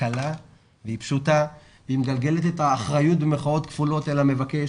קלה והיא פשוטה והיא מגלגלת את "האחריות" על המבקש.